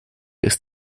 ist